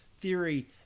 theory